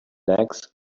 legs